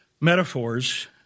Metaphors